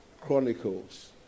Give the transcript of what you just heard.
Chronicles